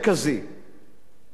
מנקודת המבט שלי,